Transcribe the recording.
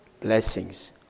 blessings